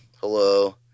hello